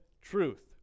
truth